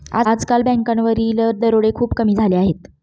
आजकाल बँकांवरील दरोडे खूप कमी झाले आहेत